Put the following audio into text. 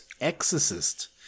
Exorcist